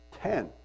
ten